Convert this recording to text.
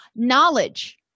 Knowledge